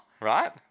Right